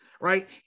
right